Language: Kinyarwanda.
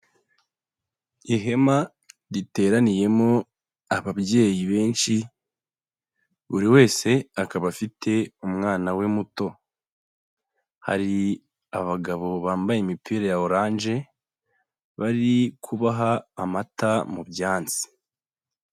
Ihema riteraniyemo ababyeyi benshi, buri wese akaba afite umwana we muto. Hari abagabo bambaye imipira ya oranje, bari kubaha amata mu byansi.